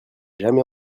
jamais